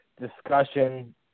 discussion